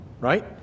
right